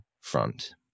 front